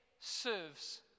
serves